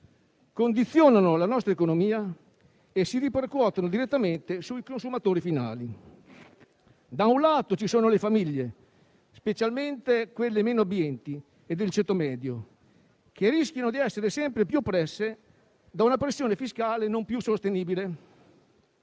condizionano la nostra economia e si ripercuotono direttamente sui consumatori finali. Da un lato, ci sono le famiglie (specialmente quelle meno abbienti e del ceto medio), che rischiano di essere sempre più oppresse da una pressione fiscale non più sostenibile.